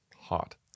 Hot